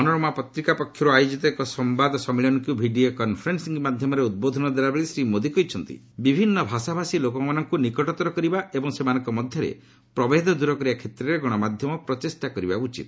ମନୋରମା ପତ୍ରିକା ପକ୍ଷରୁ ଆୟୋଜିତ ଏକ ସାମ୍ବାଦ ସମ୍ମିଳନୀକୁ ଭିଡ଼ିଓ କନ୍ଫରେନ୍ସିଂ ମାଧ୍ୟମରେ ଉଦ୍ବୋଧନ ଦେଲାବେଳେ ଶ୍ରୀ ମୋଦି କହିଛନ୍ତି ବିଭିନ୍ନ ଭାଷାଭାଷୀ ଲୋକମାନଙ୍କୁ ନିକଟତର କରିବା ଏବଂ ସେମାନଙ୍କ ମଧ୍ୟରେ ପ୍ରଭେଦ ଦୂର କରିବା କ୍ଷେତ୍ରରେ ଗଣମାଧ୍ୟମ ପ୍ରଚେଷ୍ଟା କରିବା ଉଚିତ